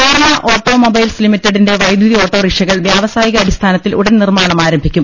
Kerala automobiles ലിമിറ്റഡിന്റെ വൈദ്യുതി ഓട്ടോറിക്ഷ കൾ വ്യാവസായിക അടിസ്ഥാനത്തിൽ ഉടൻ നിർമ്മാണം ആരംഭിക്കും